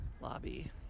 lobby